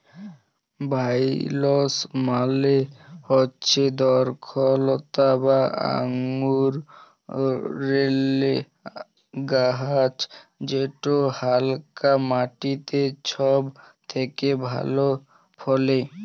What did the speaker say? ভাইলস মালে হচ্যে দরখলতা বা আঙুরেল্লে গাহাচ যেট হালকা মাটিতে ছব থ্যাকে ভালো ফলে